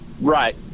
right